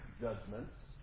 judgments